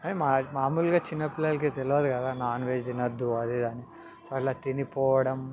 అది మామూలుగా చిన్న పిల్లలకి తెలియదు కదా నాన్వెజ్ తినవద్దు అది ఇది అని సో అలా తినిపోవడం